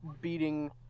beating